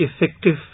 effective